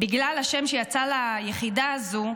בגלל השם שיצא ליחידה הזאת,